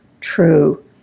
true